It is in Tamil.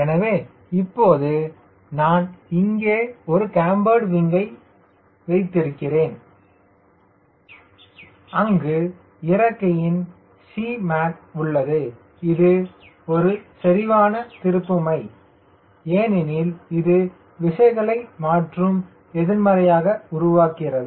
எனவே இப்போது நான் இங்கே ஒரு கேம்பர்டு விங்கைப் வைத்திருக்கிறேன் அங்கு இறக்கையின் Cmac உள்ளது இது ஒரு செறிவான திருப்புமை ஏனெனில் இது விசைகளை மாற்றும் எதிர்மறையாக உருவாகிறது